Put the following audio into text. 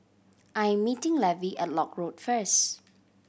I'm meeting Levy at Lock Road first